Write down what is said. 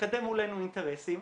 לקדם מולנו אינטרסים,